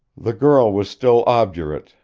the girl was still obdurate,